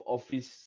Office